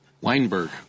Weinberg